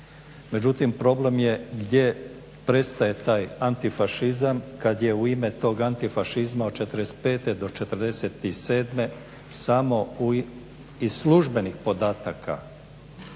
Međutim, problem je gdje prestaje taj antifašizam kad je u ime tog antifašizma od '45. do '47. samo iz službenih podataka